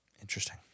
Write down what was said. Interesting